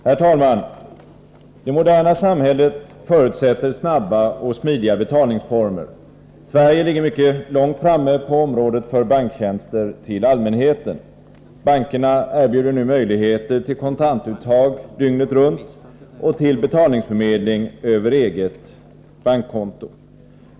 Herr talman! Det moderna samhället förutsätter snabba och smidiga betalningsformer. Sverige ligger mycket långt framme på området för banktjänster till allmänheten. Bankerna erbjuder nu möjligheter till kontantuttag dygnet runt och till betalningsförmedling över eget bankkonto.